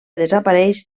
desapareix